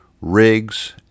rigs